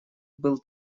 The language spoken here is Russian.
был